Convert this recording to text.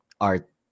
art